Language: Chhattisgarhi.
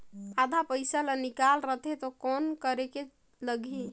आधा पइसा ला निकाल रतें तो कौन करेके लगही?